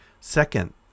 Second